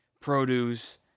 produce